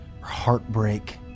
heartbreak